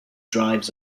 drives